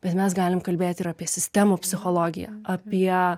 bet mes galim kalbėti ir apie sistemų psichologiją apie